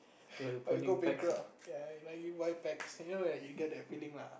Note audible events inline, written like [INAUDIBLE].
[NOISE] but you go bankrupt ya like buy you one packs you know like you get that feeling lah